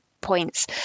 points